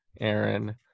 Aaron